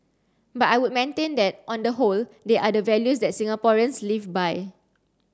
but I would maintain that on the whole they are the values that Singaporeans live by